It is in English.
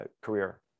career